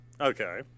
Okay